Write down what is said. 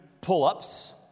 pull-ups